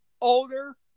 older